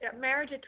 marriage